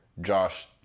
Josh